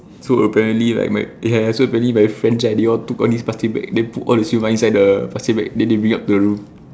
so apparently like ya so apparently my friend right they all took all these plastic bags then put all the siew-mai inside the plastic bag then they bring up to the room